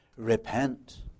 Repent